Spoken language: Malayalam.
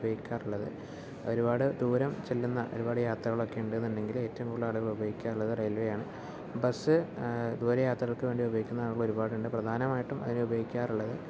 ഉപയോഗിക്കാറുള്ളത് ഒരുപാട് ദൂരം ചെല്ലുന്ന ഒരുപാട് യാത്രകളൊക്കെ ഉണ്ട് എന്നുണ്ടെങ്കിൽ ഏറ്റവും കൂടുതൽ ആളുകൾ ഉപയോഗിക്കാറുള്ളത് റയിൽവേ ആണ് ബസ്സ് ദൂരെ യാത്രകൾക്ക് വേണ്ടി ഉപയോഗിക്കുന്ന ആളുകൾ ഒരുപാട് ഉണ്ട് പ്രധാനമായിട്ടും അതിന് ഉപയോഗിക്കാറുള്ളത്